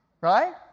right